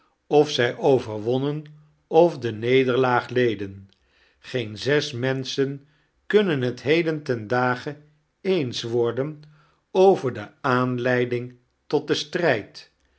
of zij overwonnen of de nederlaag leden geen zes menschen kunnen heit heden ten dage eens worden over de aanleiding tot den stfrijd